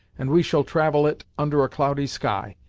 and we shall travel it under a cloudy sky.